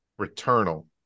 returnal